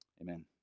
Amen